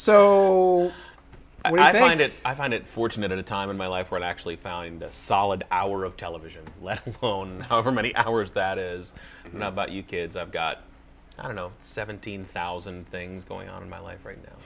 mind it i find it fortunate at a time in my life where i actually found a solid hour of television let alone however many hours that is now about you kids i've got i don't know seventeen thousand things going on in my life right now